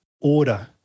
order